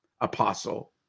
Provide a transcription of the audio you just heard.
Apostle